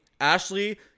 Ashley